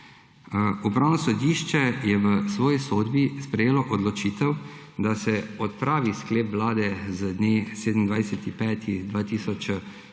Upravno sodišče je v svoji sodbi sprejelo odločitev, da se odpravi sklep Vlade z dne 27. 5.